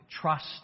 trust